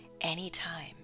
anytime